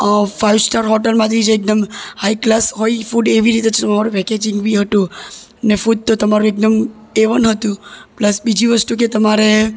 five star હોટલમાંથી જ એકદમ હાઇ ક્લાસ હોય ફૂડ એવી રીતે પેકેજિંગ બી હતું ને ફૂડ તો તમારું એકદમ એ વન હતું પ્લસ બીજી વસ્તુ કે તમારે